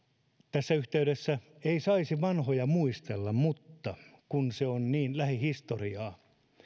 tässä yhteydessä ei saisi vanhoja muistella mutta kun se on niin lähihistoriaa